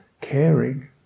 caring